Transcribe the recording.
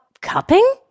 cupping